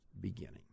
beginning